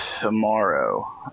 tomorrow